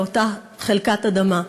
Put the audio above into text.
באותה חלקת אדמה,